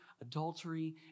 adultery